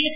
S